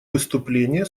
выступление